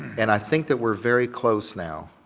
and i think that we're very close now.